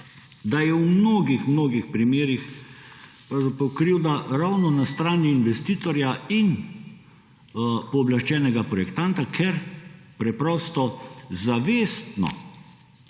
da je v mnogih, mnogih primerih pravzaprav krivda ravno na strani investitorja in pooblaščenega projektanta, ker preprosto zavestno,